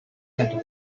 had